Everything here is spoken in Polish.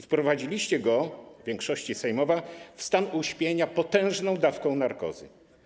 Wprowadziliście go, większości sejmowa, w stan uśpienia potężną dawką narkozy.